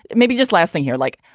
maybe just last thing here, like,